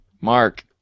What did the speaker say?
Mark